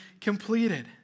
completed